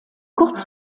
kurz